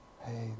Hey